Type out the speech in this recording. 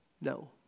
No